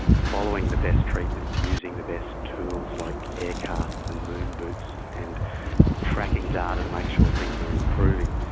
following the best treatments, using the best tools like air casts and moon boots and tracking data to make sure things are improving,